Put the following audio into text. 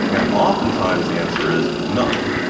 and often times the answer is none.